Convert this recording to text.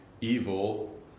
evil